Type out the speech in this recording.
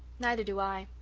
neither do i.